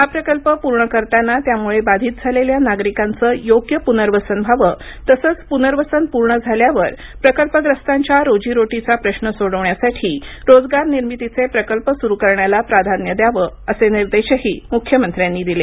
हा प्रकल्प पूर्ण करताना त्यामुळे बाधित झालेल्या नागरिकांचंयोग्य पुनर्वसन व्हावं तसंच पुनर्वसन पूर्ण झाल्यावर प्रकल्पग्रस्तांच्या रोजीरोटीचा प्रश्न सोडविण्यासाठी रोजगार निर्मितीचे प्रकल्प सुरू करण्याला प्राधान्य द्यावं असे निर्देशही मुख्यमंत्र्यांनी दिले